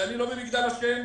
ואני לא במגדל שן,